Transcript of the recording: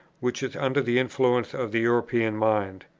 which is under the influence of the european mind!